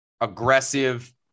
aggressive